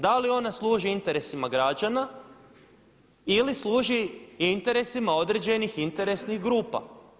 Da li ona služi interesima građana ili služi interesima određenih interesnih grupa?